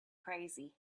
crazy